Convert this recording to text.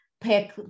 Pick